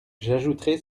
j’ajouterai